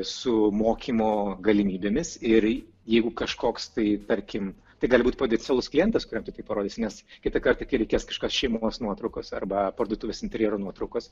su mokymo galimybėmis ir jeigu kažkoks tai tarkim tai gali būti potencialus klientas kuriam tu tai parodysi nes kitą kartą kai reikės kažkokios šeimos nuotraukos arba parduotuvės interjero nuotraukos